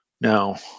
Now